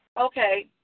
Okay